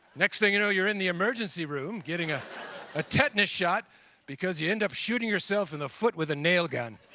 next thing, you know you're in the emergency room getting ah a tetanus shot because you end up shooting yourself in the foot with a nail gun.